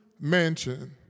mansion